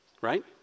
right